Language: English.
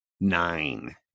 nine